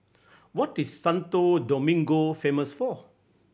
what is Santo Domingo famous for